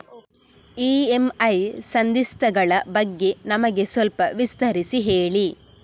EMI ಸಂಧಿಸ್ತ ಗಳ ಬಗ್ಗೆ ನಮಗೆ ಸ್ವಲ್ಪ ವಿಸ್ತರಿಸಿ ಹೇಳಿ